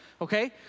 Okay